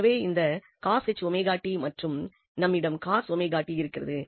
எனவே இந்த மற்றும் நம்மிடம் இருக்கிறது